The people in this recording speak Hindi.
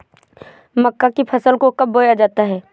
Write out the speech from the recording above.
मक्का की फसल को कब बोया जाता है?